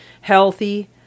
healthy